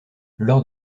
lors